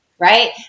right